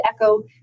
echo